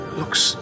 looks